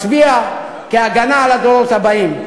מצביע כהגנה על הדורות הבאים.